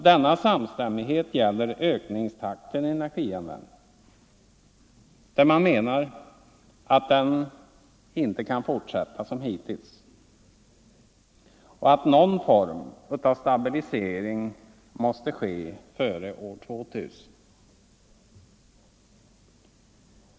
Denna samstämmighet gäller ökningstakten i energianvändningen: man menar att den inte kan fortsätta som hittills och att någon form av stabilisering måste komma före år 2000.